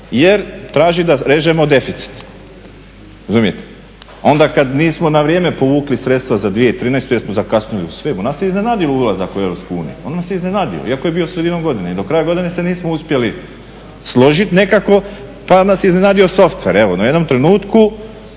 jer traži da režemo deficit, razumijete? Onda kad nismo na vrijeme povukli sredstva za 2013. jer smo zakasnili u svemu, nas je iznenadio ulazak u Europsku uniju, on nas je iznenadio iako je bio sredinom godine, i do kraja godine se nismo složiti nekako pa nas je iznenadio softver, no u jednom trenutku